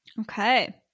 Okay